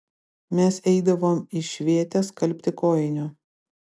mes eidavom į švėtę skalbti kojinių